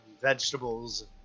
vegetables